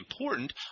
important